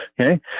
okay